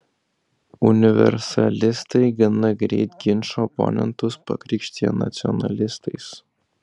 universalistai gana greit ginčo oponentus pakrikštija nacionalistais